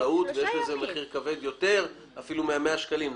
השתהות ויש לזה מחיר כבד יותר אפילו מ-100 שקלים.